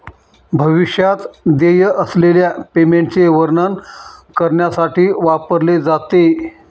भविष्यात देय असलेल्या पेमेंटचे वर्णन करण्यासाठी वापरले जाते